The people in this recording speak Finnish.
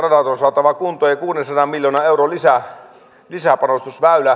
saatava kuntoon ja kuudensadan miljoonan euron lisäpanostus